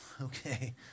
okay